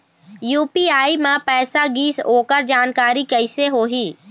UPI म पैसा गिस ओकर जानकारी कइसे होही?